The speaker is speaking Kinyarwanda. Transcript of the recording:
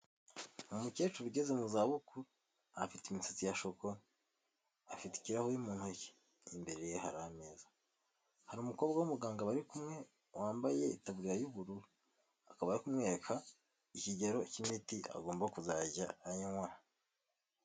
Umukecuru ugeze mu za bukuru afite imisatsi ya shokora afite ikirahuri mu ntoki imbereye hari ameza hari umukobwa w'umuganga bari kumwe wambaye itaburiya y'ubururu akaba ari kumwereka ikigero cy'imiti agomba kuzajya anywa.